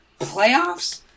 Playoffs